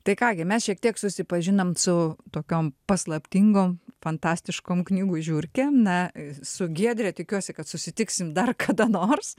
tai ką gi mes šiek tiek susipažinom su tokiom paslaptingo fantastiškom knygų žiurkė na su giedre tikiuosi kad susitiksim dar kada nors